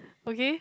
okay